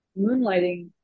moonlighting